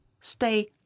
stay